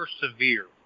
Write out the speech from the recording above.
persevere